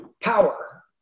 power